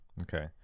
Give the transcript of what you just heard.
Okay